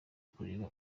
kureba